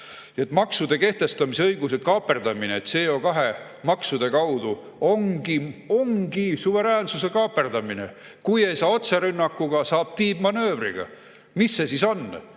Maksude kehtestamise õiguse kaaperdamine CO2maksude kaudu ongi suveräänsuse kaaperdamine. Kui ei saa otserünnakuga, saab tiibmanöövriga. Mis see siis on?